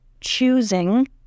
choosing